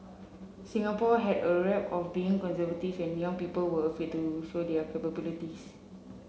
Singapore had a rep of being conservative people were afraid to show their